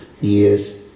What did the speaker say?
years